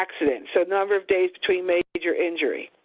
accident, so number of days between major injury.